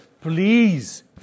please